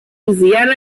louisiana